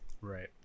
Right